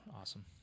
Awesome